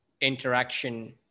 interaction